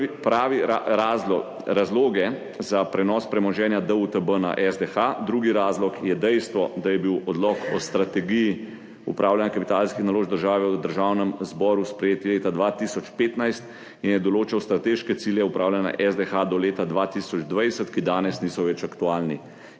Drugi razlog za prenos premoženja DUTB na SDH je dejstvo, da je bil Odlok o strategiji upravljanja kapitalskih naložb države v Državnem zboru sprejet leta 2015 in je določal strateške cilje upravljanja SDH do leta 2020, ki danes niso več aktualni.